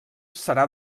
serà